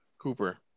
Cooper